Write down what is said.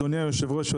היושב-ראש,